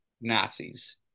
Nazis